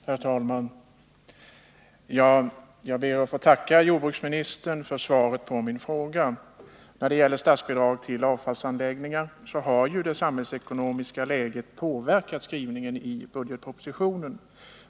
Herr talman! Jag ber att få tacka jordbruksministern för svaret på min fråga. När det gäller statsbidrag till avfallsanläggningarna har ju det samhällsekonomiska läget påverkat skrivningen i budgetpropositionen.